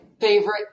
favorite